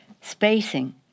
Spacing